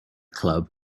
club